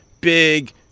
Big